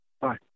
Bye